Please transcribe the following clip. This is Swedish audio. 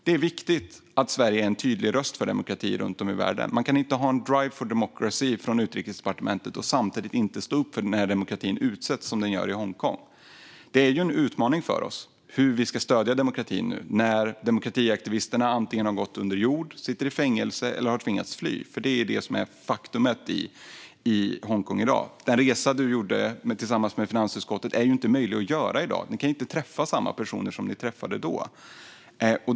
Det är viktigt att Sverige är en tydlig röst för demokrati runt om i världen. Man kan inte ha en drive for democracy från Utrikesdepartementet och samtidigt inte stå upp för det när demokratin utsätts, som den gör i Hongkong. Det är en utmaning för oss hur vi ska stödja demokratin nu när demokratiaktivisterna antingen har gått under jord eller sitter i fängelse eller har tvingats fly. Det är ett faktum i Hongkong i dag. Den resa som du gjorde tillsammans med finansutskottet är inte möjlig att göra i dag. Ni kan inte träffa samma personer som ni träffade då.